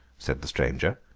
said the stranger,